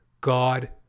God